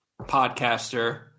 podcaster